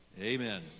Amen